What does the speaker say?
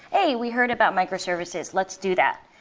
hey, we heard about microservices. let's do that.